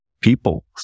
people